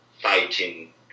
fighting